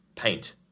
Paint